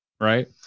right